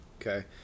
Okay